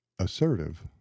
assertive